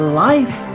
life